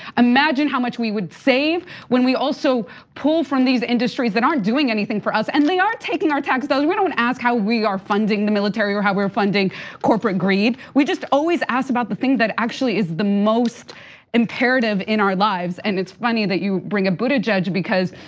imagine how much we would save when we also pull from these industries that aren't doing anything for us. and they are taking our tax dollars. we don't ask how we are funding the military or how we are funding corporate greed. we just always ask about the things that actually is the most imperative in our lives. and it's funny that you bring buttigieg because,